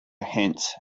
hence